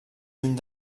lluny